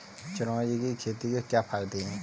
चिरौंजी की खेती के क्या फायदे हैं?